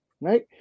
right